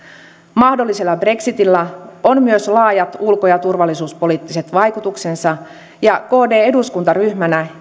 mahdollisella brexitillä on myös laajat ulko ja turvallisuuspoliittiset vaikutuksensa ja kd eduskuntaryhmänä